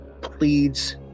pleads